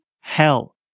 hell